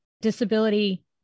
Disability